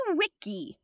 wiki